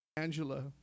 Angela